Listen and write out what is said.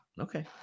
Okay